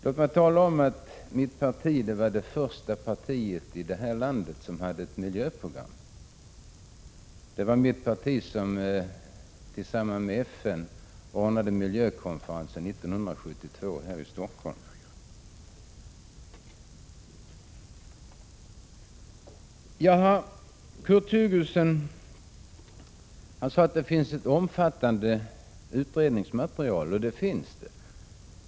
Låt mig tala om att mitt parti var det första partiet i det här landet som hade ett miljöprogram. Det var mitt parti som tillsammans med FN ordnade miljökonferensen 1972 här i Stockholm. Kurt Hugosson sade att det finns ett omfattande utredningsmaterial, och det gör det.